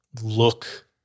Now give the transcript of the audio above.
Look